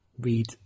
read